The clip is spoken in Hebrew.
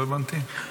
לא הבנתי.